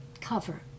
cover